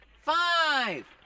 five